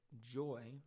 joy